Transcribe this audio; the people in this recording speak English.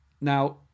Now